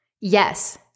Yes